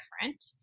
different